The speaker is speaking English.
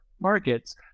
markets